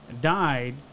died